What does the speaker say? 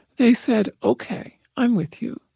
they said okay, i'm with you.